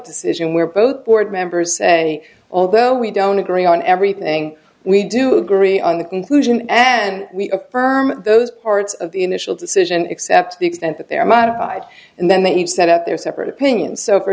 decision where both board members and although we don't agree on everything we do agree on the conclusion and we affirm those parts of the initial decision except to the extent that they are modified and then they each set up their separate opinions so for